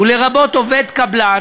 ולרבות עובד קבלן,